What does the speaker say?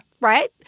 right